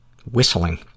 whistling